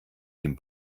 dem